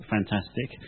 Fantastic